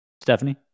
Stephanie